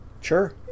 Sure